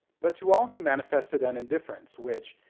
but to all he manifested an indifference which,